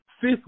fifth